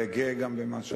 וגאה גם, במה שעשיתי.